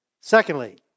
Secondly